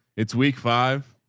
it's week five.